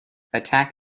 attack